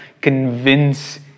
convince